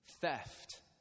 Theft